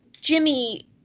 Jimmy